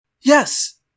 Yes